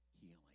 Healing